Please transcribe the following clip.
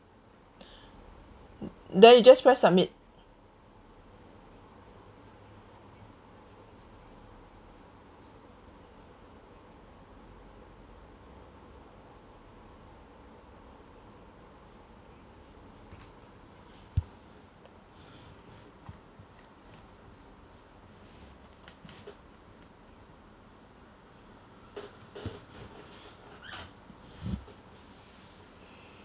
then you just press submit